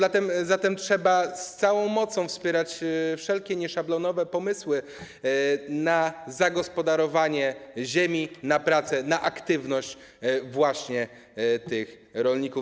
Zatem trzeba z całą mocą wspierać wszelkie nieszablonowe pomysły na zagospodarowanie ziemi, na pracę, na aktywność tych rolników.